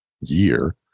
year